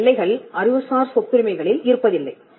இந்த எல்லைகள் அறிவுசார் சொத்துரிமைகளில் இருப்பதில்லை